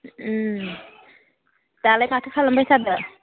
दालाय माथो खालामबाय थादो